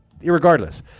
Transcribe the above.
Irregardless